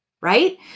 right